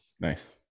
Nice